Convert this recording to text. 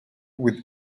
with